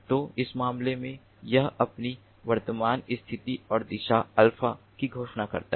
तो इस मामले में यह अपनी वर्तमान स्थिति और दिशा अल्फा की घोषणा करता है